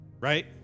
right